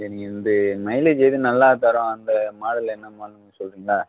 சரிங்க வந்து மைலேஜ் எது நல்லா தரும் அந்த மாடல் என்னென்னு முதல்ல சொல்கிறீங்களா